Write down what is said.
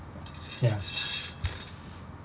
ya